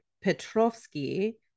Petrovsky